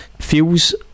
feels